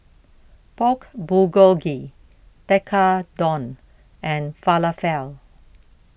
Pork Bulgogi Tekkadon and Falafel